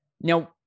Now